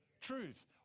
Truth